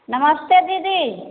नमस्ते दीदी